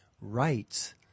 rights